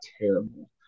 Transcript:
Terrible